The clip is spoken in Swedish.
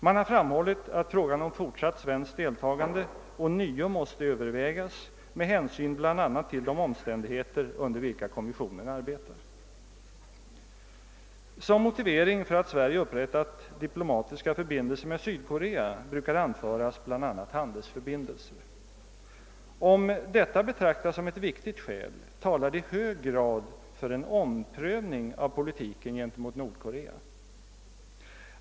Man har framhållit att frågan om fortsatt svenskt deltagande ånyo måste övervägas med hänsyn bl.a. till de omständigheter under vilka kommissionen arbetar. Som motivering för att Sverige upprättat diplomatiska förbindelser med Sydkorea brukar anföras bl.a. handelsförbindelser. Om detta betraktas som ett viktigt skäl, talar det i hög grad för en omprövning av politiken gentemot Nordkorea.